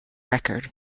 record